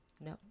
no